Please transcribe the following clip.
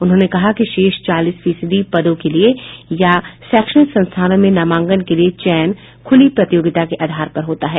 उन्होंने कहा कि शेष चालीस फीसदी पदों के लिए या शैक्षणिक संस्थानों में नामांकन के लिए चयन खुली प्रतियोगिता के आधार पर होता है